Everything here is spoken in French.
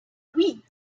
oui